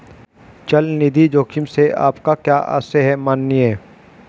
चल निधि जोखिम से आपका क्या आशय है, माननीय?